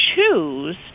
choose